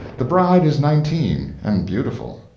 the bride is nineteen and beautiful.